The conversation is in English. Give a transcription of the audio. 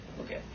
Okay